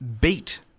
beat